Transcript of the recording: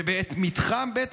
ובמתחם בית